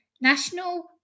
National